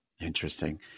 Interesting